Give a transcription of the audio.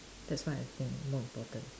that's what I think more important